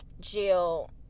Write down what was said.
Jill